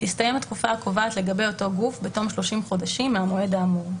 תסתיים התקופה הקובעת לגבי אותו גוף בתום 30 חודשים מהמועד האמור.".